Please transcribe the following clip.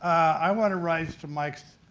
i want to rise to mike's